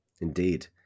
Indeed